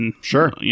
Sure